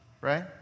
right